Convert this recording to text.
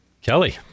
Kelly